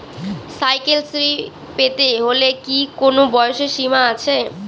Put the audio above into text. Cycle Shri পেতে হলে কি কোনো বয়সের সীমা আছে?